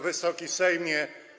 Wysoki Sejmie!